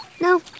No